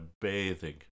bathing